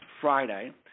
Friday